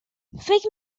فکر